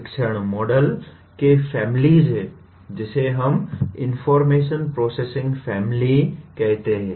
शिक्षण मॉडल के फैमिलीज़ हैं जिसे हम इनफार्मेशन प्रोसेसिंग फैमिली कहते हैं